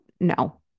no